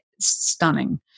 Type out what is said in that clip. stunning